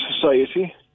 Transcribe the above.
society